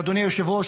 אדוני היושב-ראש,